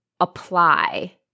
apply